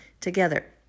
together